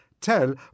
tell